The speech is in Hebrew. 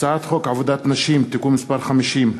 הצעת חוק עבודת נשים (תיקון מס' 50),